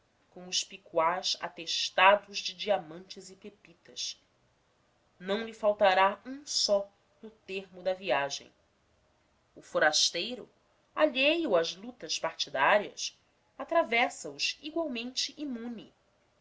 com os picuás atestados de diamantes e pepitas não lhe faltará um só no termo da viagem o forasteiro alheio às lutas partidárias atravessa os igualmente imune